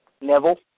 Neville